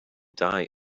die